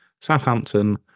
Southampton